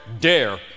dare